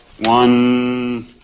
one